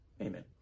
amen